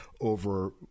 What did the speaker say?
over